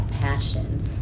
passion